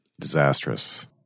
disastrous